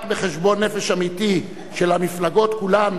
רק בחשבון-נפש אמיתי של המפלגות כולן,